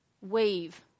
weave